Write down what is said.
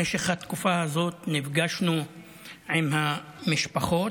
במשך התקופה הזאת נפגשנו עם המשפחות.